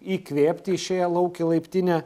įkvėpti išėję lauk į laiptinę